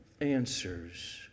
answers